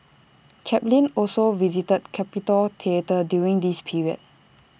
Chaplin also visited capitol theatre during this period